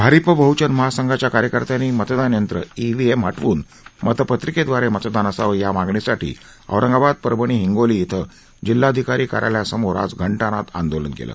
भारिप बहुजन महासंघाच्या कार्यकर्त्यांनी मतदान यंत्र ईव्हीएम हटवून मतपत्रिकेद्वारे मतदान असावं या मागणीसाठी औरंगाबाद परभणी हिंगोली इथं जिल्हाधिकारी कार्यालयासमोर आज घटानाद आंदोलन केलं